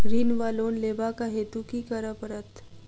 ऋण वा लोन लेबाक हेतु की करऽ पड़त?